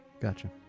gotcha